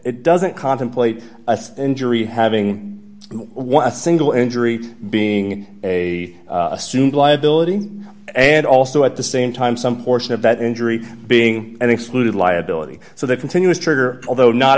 it doesn't contemplate injury having one single injury being a assumed liability and also at the same time some portion of that injury being excluded liability so the continuous trigger although not